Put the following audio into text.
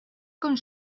con